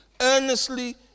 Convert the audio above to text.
earnestly